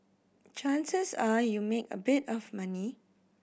chances are you make a bit of money